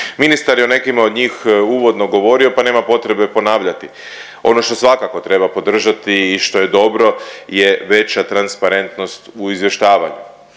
Ministar je o nekima od njih uvodno govorio pa nema potrebe ponavljati. Ono što svakako treba podržati i što je dobro je veća transparentnost u izvještavanju.